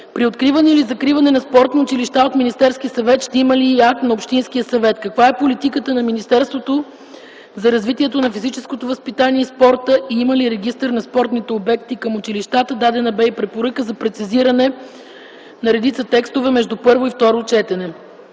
При откриване или закриване на спортни училища от Министерския съвет ще има ли и акт на общинския съвет? Каква е политиката на министерството за развитието на физическото възпитание и спорта и има ли регистър на спортните обекти към училищата. Дадена бе и препоръка за прецизиране на редица текстове между първо и второ четене.